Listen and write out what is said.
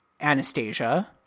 Anastasia